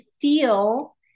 feel